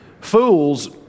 fools